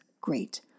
great